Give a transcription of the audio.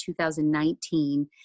2019